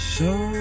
Show